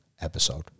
episode